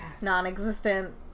...non-existent